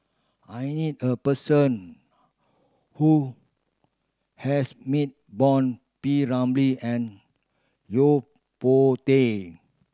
I need a person who has meet P Ramlee and Yo Po Tee